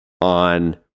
on